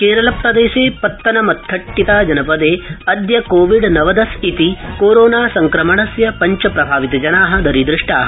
केरलप्रदेश पत्तनमथिट्टा जनपदे अदय कोविड नवदश इति कोरोना सड़क्रमणस्य पञ्च प्रभावितजना दरीदृष्टा